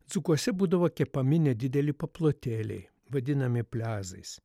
dzūkuose būdavo kepami nedideli paplotėliai vadinami pliazais